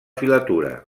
filatura